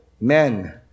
men